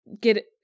get